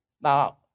Now